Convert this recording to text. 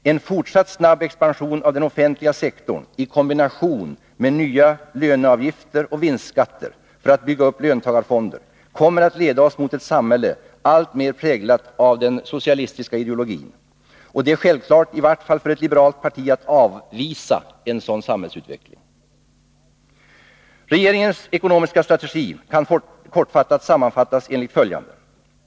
En fortsatt snabb expansion av den offentliga sektorn i kombination med nya löneavgifter och vinstskatter för att bygga upp löntagarfonder kommer att leda oss mot ett samhälle alltmer präglat av den socialistiska ideologin. Det är en självklarhet i vart fall för ett liberalt parti att avvisa en sådan samhällsutveckling. Regeringens ekonomiska strategi kan kortfattat sammanfattas enligt följande.